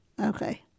Okay